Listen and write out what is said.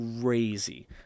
crazy